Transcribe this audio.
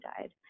died